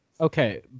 okay